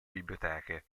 biblioteche